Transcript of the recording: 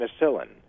penicillin